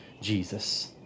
Jesus